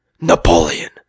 Napoleon